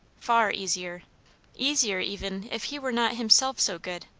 far easier easier even if he were not himself so good.